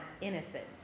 innocent